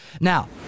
Now